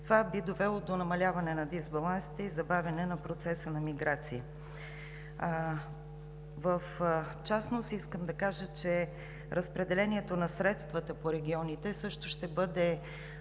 Това би довело до намаляване на дисбалансите и забавяне на процеса на миграция. В частност искам да кажа, че разпределението на средствата по регионите също ще бъде